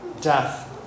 death